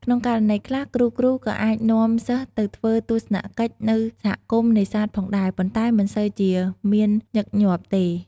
ក្នុងករណីខ្លះ គ្រូៗក៏អាចនាំសិស្សទៅធ្វើទស្សនកិច្ចនៅសហគមន៍នេសាទផងដែរ ប៉ុន្តែមិនសូវជាមានញឹកញាប់ទេ។